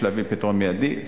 יש להביא פתרון מיידי.